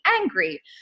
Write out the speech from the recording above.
angry